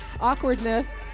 awkwardness